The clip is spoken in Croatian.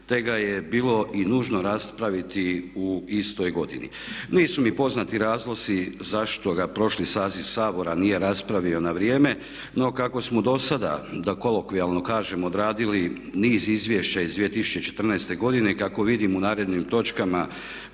te ga je bilo i nužno raspraviti u istoj godini. Nisu mi poznati razlozi zašto ga prošli saziv Sabora nije raspravio na vrijeme. No, kako smo do sada da kolokvijalno kažem odradili niz izvješća iz 2014. godine i kako vidim u narednim točkama